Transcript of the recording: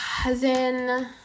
cousin